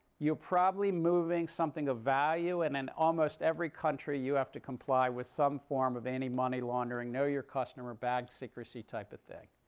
you're probably moving something of value. and in almost every country you have to comply with some form of anti-money laundering, know your customer, bank secrecy type of thing.